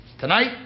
Tonight